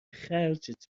خرجت